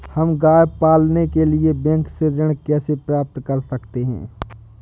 हम गाय पालने के लिए बैंक से ऋण कैसे प्राप्त कर सकते हैं?